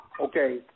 okay